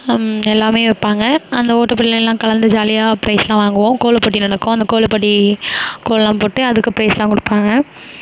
எல்லாமே வைப்பாங்க அந்த ஓட்டப் போட்டிலல்லாம் கலந்து ஜாலியாக ப்ரைஸ்லாம் வாங்குவோம் கோலப்போட்டி நடக்கும் அந்த கோலப்போட்டி கோலம் போட்டு அதுக்கு ப்ரைஸ்லாம் கொடுப்பாங்க